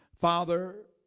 Father